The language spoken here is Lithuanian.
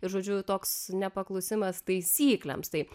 ir žodžiu toks nepaklusimas taisyklėms tai